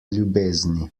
ljubezni